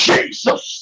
Jesus